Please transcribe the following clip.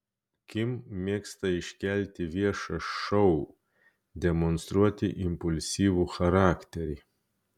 kim mėgsta iškelti viešą šou demonstruoti impulsyvų charakterį